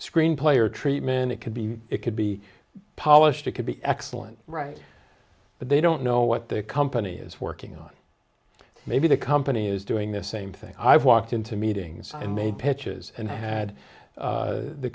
screenplay or treatment it could be it could be polished it could be excellent write but they don't know what the company is working on maybe the company is doing the same thing i've walked into meetings and made pitches and